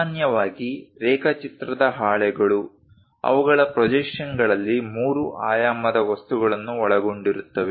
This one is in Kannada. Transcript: ಸಾಮಾನ್ಯವಾಗಿ ರೇಖಾಚಿತ್ರದ ಹಾಳೆಗಳು ಅವುಗಳ ಪ್ರೊಜೆಕ್ಷನ್ಗಳಲ್ಲಿ ಮೂರು ಆಯಾಮದ ವಸ್ತುಗಳನ್ನು ಒಳಗೊಂಡಿರುತ್ತವೆ